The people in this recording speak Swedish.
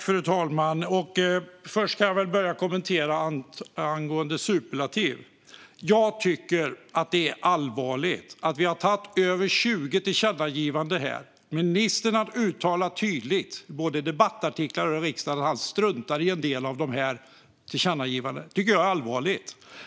Fru talman! Jag kan börja med en kommentar angående superlativ. Jag tycker att det är allvarligt att vi har gjort över 20 tillkännagivanden här och att ministern tydligt har uttalat, både i debattartiklar och här i riksdagen, att han struntar i en del av de tillkännagivandena. Jag tycker att det är allvarligt.